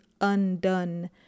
undone